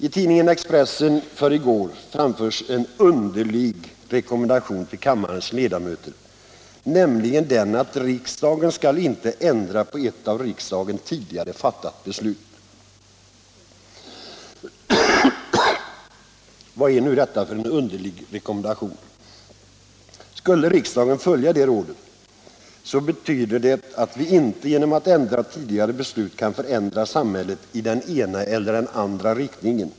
I tidningen Expressen för i går framfördes en underlig rekommendation till kammarens ledamöter, nämligen att riksdagen inte skall ändra på ett av riksdagen tidigare fattat beslut. Vad är nu detta för en underlig rekommendation? Det skulle betyda att vi inte genom att ändra tidigare beslut kan förändra samhället i den ena eller andra riktningen.